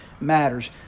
matters